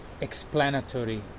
explanatory